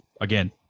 again